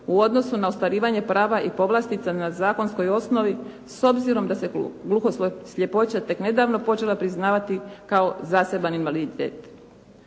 u odnosu na ostvarivanje prava i povlastica na zakonskoj osnovi s obzirom da se gluho-sljepoća tek nedavno počela priznavati kao zaseban invaliditet.